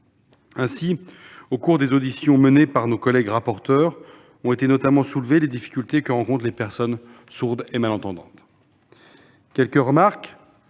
Ainsi, au cours des auditions menées par nos collègues rapporteurs, ont notamment été soulevées les difficultés rencontrées par les personnes sourdes et malentendantes sur lesquelles